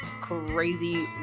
crazy